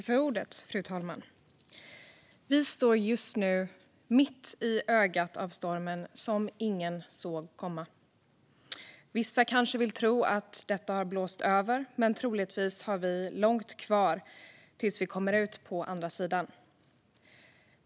Fru talman! Vi står just nu mitt i ögat av stormen som ingen såg komma. Vissa kanske vill tro att den har blåst över, men troligtvis har vi långt kvar tills vi kommer ut på andra sidan.